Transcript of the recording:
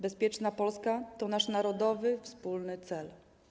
Bezpieczna Polska to nasz narodowy wspólny cel.